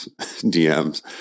DMs